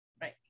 Right